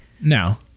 No